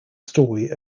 story